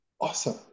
awesome